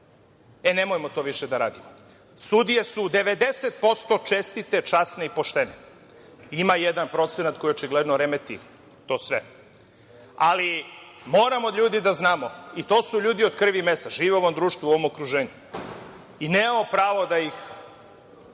Nemojmo to više da radimo. Sudije su 90% čestite, časne i poštene. Ima 1% koji očigledno remeti to sve, ali moramo od ljudi da znamo, i to su ljudi od krvi i mesa, žive u ovom društvu u ovom okruženju. Nemamo pravo da ih